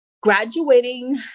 Graduating